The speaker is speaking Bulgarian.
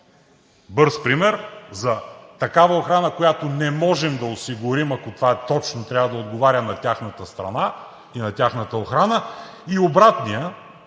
– Израел, за такава охрана, която не можем да осигурим, ако това точно трябва да отговаря на тяхната страна и на тяхната охрана,